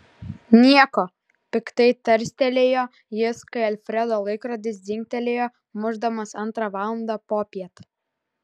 nieko piktai tarstelėjo jis kai alfredo laikrodis dzingtelėjo mušdamas antrą valandą popiet